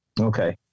Okay